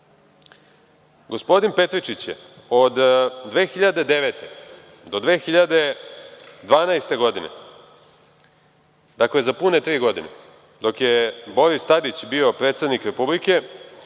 podaci. Gospodin Petričić je od 2009. do 2012. godine, dakle, za pune tri godine, dok je Boris Tadić bio predsednik Republike,